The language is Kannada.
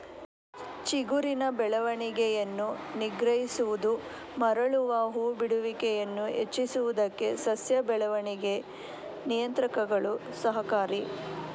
ಚಿಗುರಿನ ಬೆಳವಣಿಗೆಯನ್ನು ನಿಗ್ರಹಿಸುವುದು ಮರಳುವ ಹೂ ಬಿಡುವಿಕೆಯನ್ನು ಹೆಚ್ಚಿಸುವುದಕ್ಕೆ ಸಸ್ಯ ಬೆಳವಣಿಗೆ ನಿಯಂತ್ರಕಗಳು ಸಹಕಾರಿ